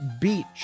Beach